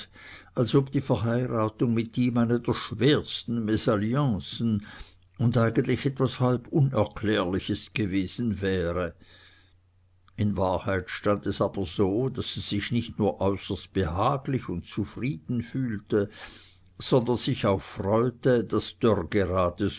als ob die verheiratung mit ihm eine der schwersten mesalliancen und eigentlich etwas halb unerklärliches gewesen wäre in wahrheit aber stand es so daß sie sich nicht nur äußerst behaglich und zufrieden fühlte sondern sich auch freute daß dörr gerade